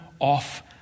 off